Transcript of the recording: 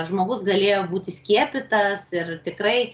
žmogus galėjo būti skiepytas ir tikrai